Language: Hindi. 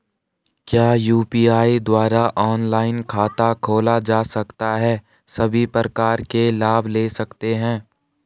क्या यु.पी.आई द्वारा ऑनलाइन खाता खोला जा सकता है सभी प्रकार के लाभ ले सकते हैं?